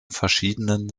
verschiedenen